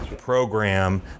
program